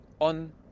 on